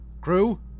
Crew